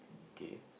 kay